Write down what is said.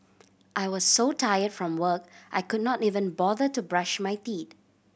I was so tire from work I could not even bother to brush my teeth